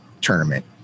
tournament